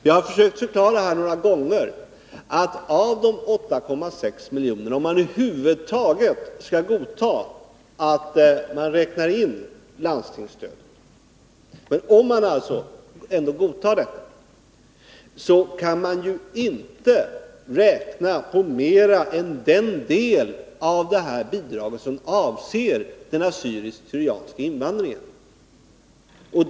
Jag har försökt förklara flera gånger att av de 8,6 miljoner som landstingsstödet utgör — om man över huvud taget skall godta att landstingsstödet räknas in, men låt oss utgå från detta — kan man inte räkna på mer än den del som avser den assyriska/syrianska invandringen.